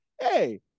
hey